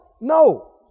no